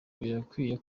birakwiye